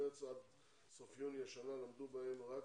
ממרץ עד סוף יוני השנה למדו בהם רק